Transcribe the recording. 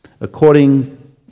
according